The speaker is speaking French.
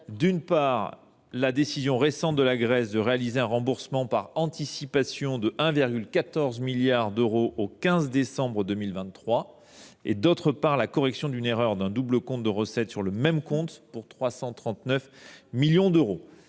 d’une part, la décision récente de la Grèce de réaliser un remboursement par anticipation de 1,14 milliard d’euros au 15 décembre 2023 ; d’autre part, la correction d’une erreur d’un double compte de recettes sur le même compte, pour 339 millions d’euros.